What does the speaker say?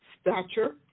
stature